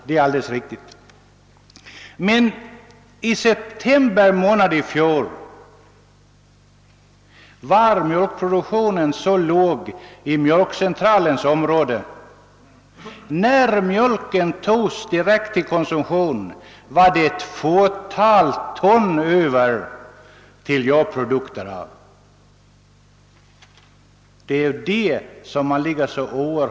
Jag vill emellertid påpeka att mjölkproduk tionen i Mjölkcentralens område i september månad i fjol var så låg, att det bara blev ett fåtal ton mjölk över till mejeriprodukter när man tagit undan den mjölk som skulle levereras dirckt till konsumtion.